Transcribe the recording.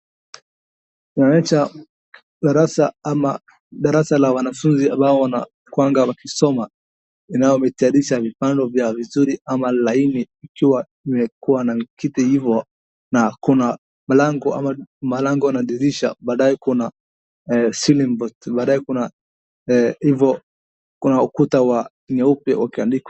Darasa ama, darasa la wanafunzi ambao wanakuanga wakisoma linalo vitayarisha mipango vya uzuri ama laini vya kuwa na viti hivyo na kuna malango ama, malango na dirisha baadae kuna ceiling board , baadae kuna hivo, kuna ukuta wa nyeupe ukiandikwa.